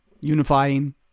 unifying